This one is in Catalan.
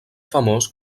famós